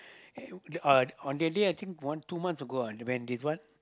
and uh on that day I think one two months ago ah when this what